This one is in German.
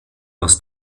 aus